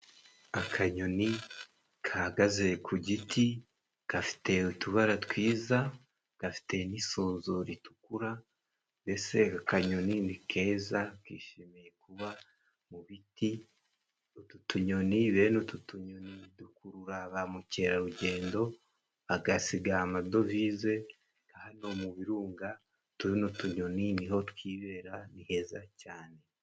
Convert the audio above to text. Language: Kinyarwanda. Akanyoni kahagaze ku giti kafite utubara twiza gafite n'isuzu ritukura mbese akanyoni ni keza kishimiye kuba mu biti utu tuyoni bene utu tuyoni dukurura ba mukerarugendo agasiga amadovize hano mu birunga tuno tuyoni niho twibera ni heza cyane.